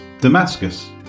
Damascus